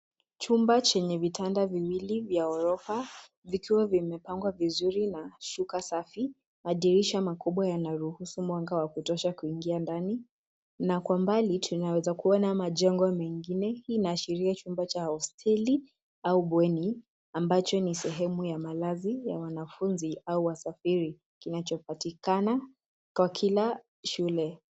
Chumba chenye vitanda viwili vya ghorofa vikiwa vimepangwa vizuri na shuka safi. Madirisha makubwa yanaruhusu mwanga wa kutosha kuingia ndani na kwa mbali tunaweza kuona majengo mengine. Hii inaashiria chumba cha hosteli au bweni ambacho ni sehemu ya malazi ya wanafunzi au wasafiri kinachopatikana kwa kila shule.